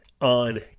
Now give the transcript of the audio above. on